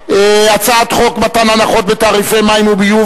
הצעת חוק מתן הנחות בתעריפי מים וביוב